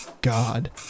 god